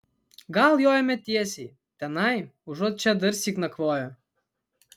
gal jojame tiesiai tenai užuot čia darsyk nakvoję